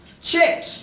check